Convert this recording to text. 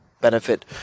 Benefit